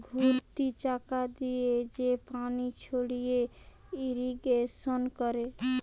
ঘুরতি চাকা দিয়ে যে পানি ছড়িয়ে ইরিগেশন করে